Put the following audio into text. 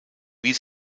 wie